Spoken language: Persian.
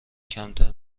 کمتر